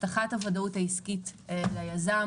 הבטחת הוודאות העסקית ליזם